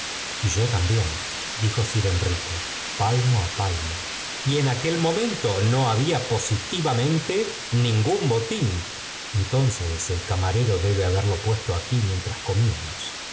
y yo también dijo sir enrique palmo á palmo y en aquel momento no había positivamente ningún botín entonces el camarero debe haberlo puesto aquí mientras comíamos